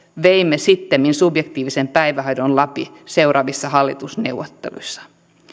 veimme sittemmin subjektiivisen päivähoidon läpi seuraavissa hallitusneuvotteluissa